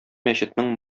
мәчетнең